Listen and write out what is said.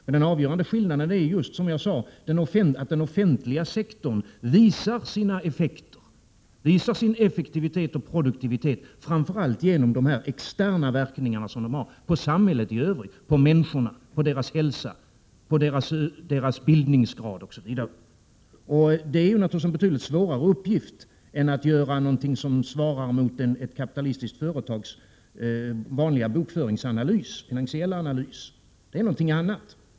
Men den avgörande skillnaden är, som jag sade, att den offentliga sektorn visar sin effektivitet och produktivitet framför allt genom de externa effekter verksamheten har på samhället i övrigt — på människorna, på deras hälsa, på deras bildningsgrad, osv. Att mäta det är naturligtvis en betydligt svårare uppgift än att göra någonting som svarar mot ett kapitalistiskt företags vanliga finansiella analys. Det är någonting annat.